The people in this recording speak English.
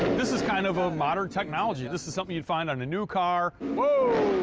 this is kind of a modern technology. this is something you'd find on a new car. whoa,